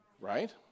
right